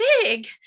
big